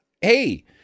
hey